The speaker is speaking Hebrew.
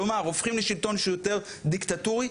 כלומר הופכים לשלטון שהוא יותר דיקטטורי,